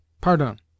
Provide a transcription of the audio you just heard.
Pardon